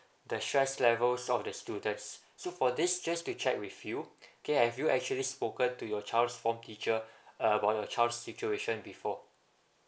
the stress level throughout the students so for this just to check with you okay have you actually spoken to your child's form teacher uh about your child's situation before